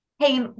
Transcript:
Hey